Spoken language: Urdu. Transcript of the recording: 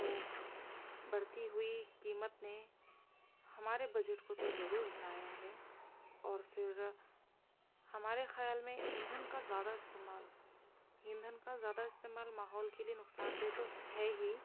تو بڑھتی ہوئی قیمت نے ہمارے بجٹ کو تو ضرور ہلایا ہے اور پھر ہمارے خیال میں ایندھن کا زیادہ استعمال ایندھن کا زیادہ استعمال ماحول کے لیے نقصان دہ تو ہے ہی